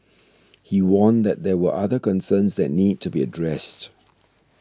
he warned that there were other concerns that need to be addressed